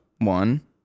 one